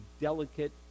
delicate